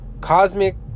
cosmic